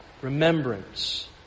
remembrance